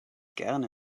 gerne